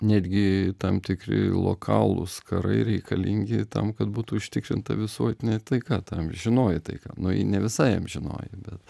netgi tam tikri lokalūs karai reikalingi tam kad būtų užtikrinta visuotinė taika ta amžinoji taika na ji ne visai amžinoji bet